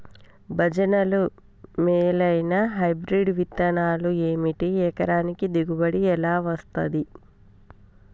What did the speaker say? భజనలు మేలైనా హైబ్రిడ్ విత్తనాలు ఏమిటి? ఎకరానికి దిగుబడి ఎలా వస్తది?